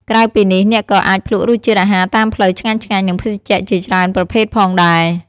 ក្រៅពីនេះ អ្នកក៏អាចភ្លក់រសជាតិអាហារតាមផ្លូវឆ្ងាញ់ៗ និងភេសជ្ជៈជាច្រើនប្រភេទផងដែរ។